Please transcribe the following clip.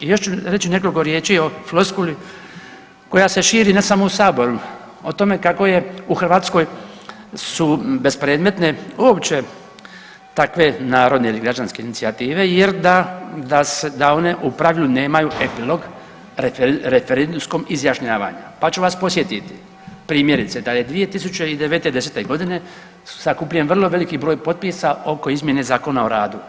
I još ću reći nekoliko riječi o floskuli koja se širi ne samo u Saboru o tome kako je, u Hrvatskoj su bespredmetne uopće takve narodne ili građanske inicijative jer da, da se, da one u pravilu nemaju epilog referendumskom izjašnjavanju, pa ću vas podsjetiti primjerice da je 2009.-'10.g. sakupljen vrlo veliki broj potpisa oko izmjene Zakona o radu.